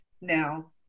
now